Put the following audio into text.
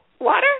water